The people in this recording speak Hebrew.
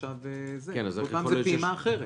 וכאן זו פעימה אחרת.